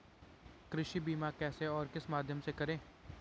कृषि बीमा कैसे और किस माध्यम से करें?